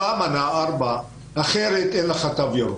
מנה רביעית חובה, אחרת אין לך תו ירוק.